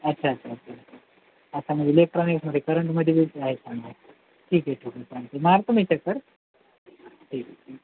अच्छा अच्छा अच्छा अच्छा आता मग इलेक्ट्रॉनिक्मध्ये करंटमध्ये बरंच आहे चांगलं ठीक आहे ठीक आहे थँक्यू मारतो मी एक चक्कर ठीक आहे ठीक